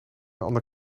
ander